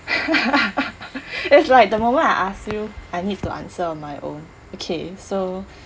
it's like the moment I ask you I need to to answer on my own okay so